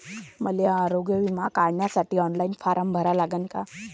मले आरोग्य बिमा काढासाठी ऑनलाईन फारम भरा लागन का?